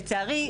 לצערי,